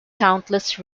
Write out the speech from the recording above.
countless